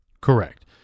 Correct